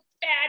bad